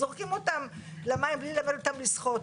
זורקים אותם למים בלי ללמד אותם לשחות,